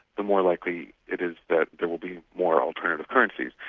the more likely it is that there will be more alternative currencies.